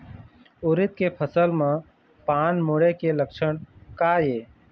उरीद के फसल म पान मुड़े के लक्षण का ये?